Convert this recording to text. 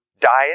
diet